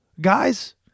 Guys